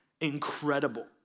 incredible